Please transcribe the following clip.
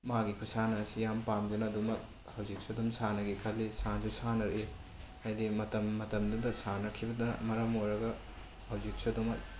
ꯃꯥꯒꯤ ꯈꯨꯁꯥꯟꯅ ꯑꯁꯤ ꯌꯥꯝ ꯄꯥꯝꯖꯅ ꯑꯗꯨꯃꯛ ꯍꯧꯖꯤꯛꯁꯨ ꯑꯗꯨꯝ ꯁꯥꯟꯅꯒꯦ ꯈꯜꯂꯤ ꯁꯥꯟꯁꯨ ꯁꯥꯟꯅꯔꯛꯏ ꯍꯥꯏꯗꯤ ꯃꯇꯝ ꯃꯇꯝꯗꯨꯗ ꯁꯥꯟꯅꯈꯤꯕꯗ ꯃꯔꯝ ꯑꯣꯏꯔꯒ ꯍꯧꯖꯤꯛꯁꯨ ꯑꯗꯨꯝ